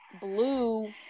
blue